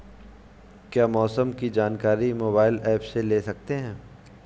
क्या मौसम की जानकारी मोबाइल ऐप से ले सकते हैं?